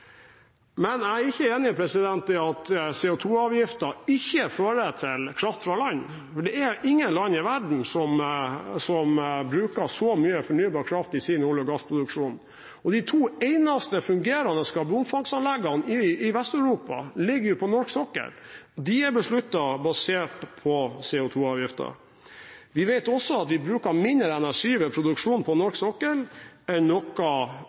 Men jeg er ikke enig i at CO2-avgiften ikke fører til kraft fra land. For det er ingen land i verden som bruker så mye fornybar kraft i sin olje- og gassproduksjon. Og de to eneste fungerende karbonfangstanleggene i Vest-Europa ligger på norsk sokkel. De er besluttet basert på CO2-avgiften. Vi vet også at vi bruker mindre energi ved produksjon på norsk sokkel enn